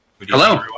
Hello